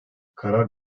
karar